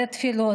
על התפילות,